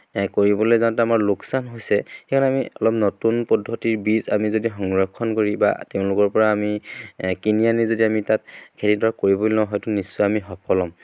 কৰিবলৈ যাওঁতে আমাৰ লোকচান হৈছে সেই কাৰণে আমি অলপ নতুন পদ্ধতিৰ বীজ আমি যদি সংৰক্ষণ কৰি বা তেওঁলোকৰ পৰা আমি কিনি আনি যদি আমি তাত খেতিডৰা কৰিবলৈ লওঁ হয়তো নিশ্চয় আমি সফল হ'ম